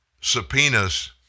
subpoenas